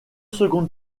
secondes